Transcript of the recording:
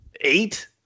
Eight